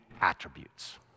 attributes